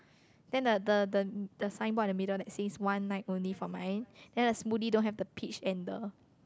then the the the the sign board in the middle that says one night only for mine then the smoothie don't have the peach and the